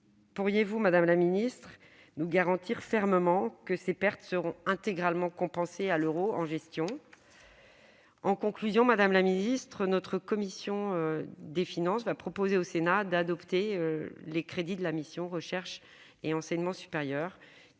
Pourriez-vous, madame la ministre, nous garantir fermement que ces pertes seront intégralement compensées à l'euro en gestion ? Je conclurai en indiquant que la commission des finances propose l'adoption des crédits de la mission « Recherche et enseignement supérieur